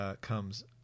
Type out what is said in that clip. comes